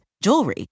jewelry